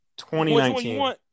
2019